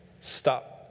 Stop